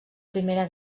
primera